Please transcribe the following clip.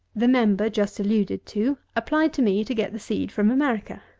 the member just alluded to applied to me to get the seed from america.